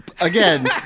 Again